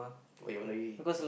what you wanna eat